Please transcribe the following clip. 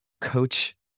coach